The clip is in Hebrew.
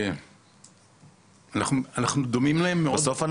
אנחנו דומים להם --- בסוף,